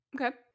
Okay